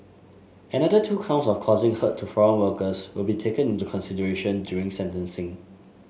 another two counts of causing hurt to foreign workers will be taken into consideration during sentencing